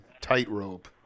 tightrope